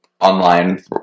online